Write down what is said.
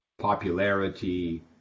popularity